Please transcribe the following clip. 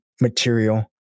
material